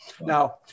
Now